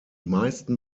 meisten